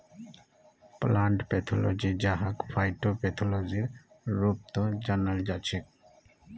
plant pathology जहाक फाइटोपैथोलॉजीर रूपतो जानाल जाछेक